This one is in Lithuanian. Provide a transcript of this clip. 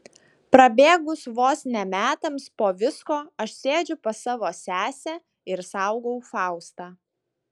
prabėgus vos ne metams po visko aš sėdžiu pas savo sesę ir saugau faustą